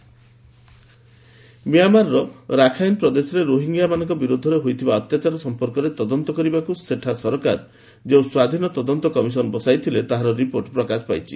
Myanmar inquiry ମ୍ୟାମାରର Rakhine ପ୍ରଦେଶରେ ରୋହିଙ୍ଗ୍ୟାମାନଙ୍କ ବିରୋଧରେ ହୋଇଥିବା ଅତ୍ୟାଚାର ସମ୍ପର୍କରେ ତଦନ୍ତ କରିବାକୁ ସେଠା ସରକାର ଯେଉଁ ସ୍ୱାଧୀନ ତଦନ୍ତ କମିଶନ ବସାଇଥିଲେ ତାହାର ରିପୋର୍ଟ ପ୍ରକାଶ ପାଇଛି